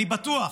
אני בטוח